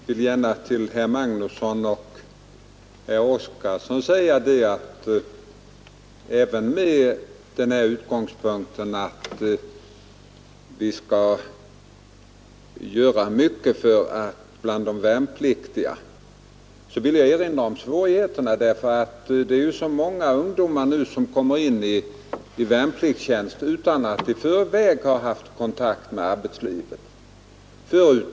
Fru talman! Till herr Magnusson i Kristinehamn och herr Oskarson vill jag gärna säga, att även om vi alla har som utgångspunkt att göra mycket för de värnpliktiga kommer vi inte ifrån att det dock här finns vissa svårigheter. Många ungdomar rycker numera in till värnpliktstjänstgöring utan att de tidigare haft kontakt med arbetslivet.